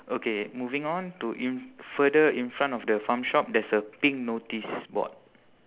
okay moving on to in further in front of the farm shop there's a pink notice board